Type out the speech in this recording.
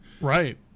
Right